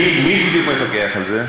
מי בדיוק מפקח על זה?